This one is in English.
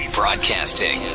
broadcasting